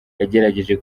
yagerageje